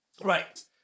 Right